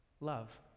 love